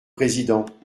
président